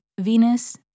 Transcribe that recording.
Venus